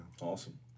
Awesome